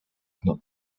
not